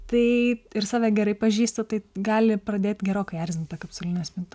tai ir save gerai pažįsti tai gali pradėt gerokai erzint ta kapsulinė spinta